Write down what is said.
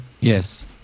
Yes